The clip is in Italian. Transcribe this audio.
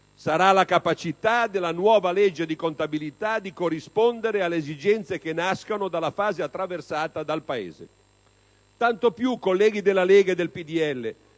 ma la capacità della nuova legge di contabilità di corrispondere alle esigenze che nascono dalla fase attraversata dal Paese. Ciò è tanto più vero, colleghi della Lega Nord e del PdL,